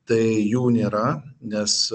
tai jų nėra nes